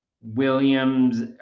Williams